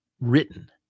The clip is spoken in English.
written